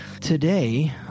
Today